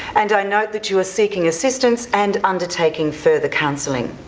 and i note that you are seeking assistance and undertaking further counselling.